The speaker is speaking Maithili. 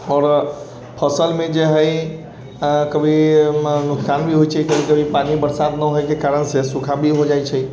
आओर फसिलमे जे हइ कभी नोकसान भी होइ छै कभी कभी पानि बरसात नहि होइके कारणसँ सूखा भी होइ जाइ छै